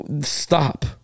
stop